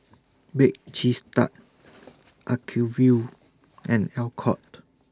Bake Cheese Tart Acuvue and Alcott